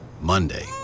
Monday